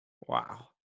Wow